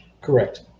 correct